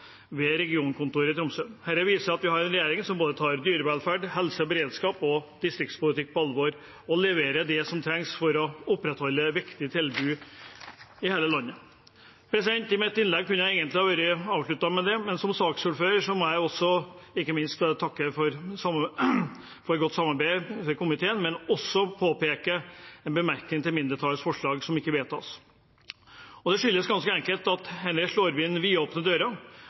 ved regionkontoret i Tromsø. Dette viser at vi har en regjering som tar både dyrevelferd, helse og beredskap og distriktspolitikk på alvor, og leverer det som trengs for å opprettholde et viktig tilbud i hele landet. Jeg kunne egentlig ha avsluttet mitt innlegg med det, men som saksordfører må jeg ikke minst takke for godt samarbeid i komiteen og også komme med en bemerkning til mindretallets forslag, som ikke vedtas. Det skyldes ganske enkelt at det slår